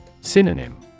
Synonym